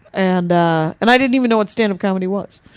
and ah, and i didn't even know what stand-up comedy was.